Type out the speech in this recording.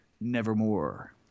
Nevermore